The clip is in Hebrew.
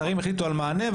השרים החליטו על מענה.